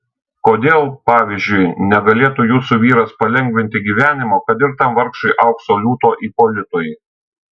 kodėl pavyzdžiui negalėtų jūsų vyras palengvinti gyvenimo kad ir tam vargšui aukso liūto ipolitui